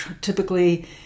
typically